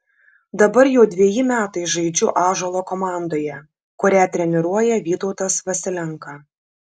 dabar jau dveji metai žaidžiu ąžuolo komandoje kurią treniruoja vytautas vasilenka